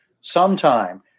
sometime